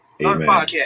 Amen